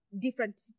different